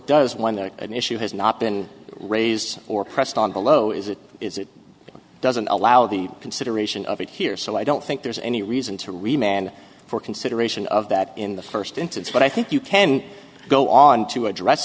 does when the an issue has not been raised or pressed on below is it is it doesn't allow the consideration of it here so i don't think there's any reason to remain for consideration of that in the first instance but i think you can go on to address